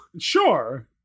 Sure